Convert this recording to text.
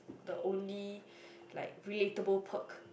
the only like relatable perk